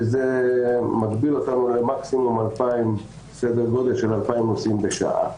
מה שמגביל אותנו למקסימום 2,000 נוסעים בשעה.